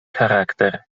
charakter